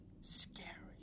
scary